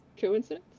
Coincidence